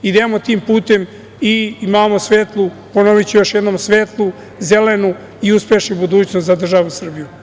Idemo tim putem i imamo svetlu, ponoviću još jednom, svetlu, zelenu i uspešnu budućnost za državu Srbiju.